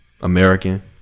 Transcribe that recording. American